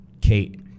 Kate